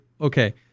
Okay